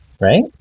right